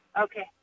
Okay